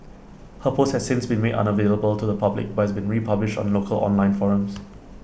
her post has since been made unavailable to the public but has been republished on local online forums